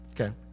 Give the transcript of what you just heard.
Okay